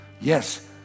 yes